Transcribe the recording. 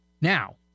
Now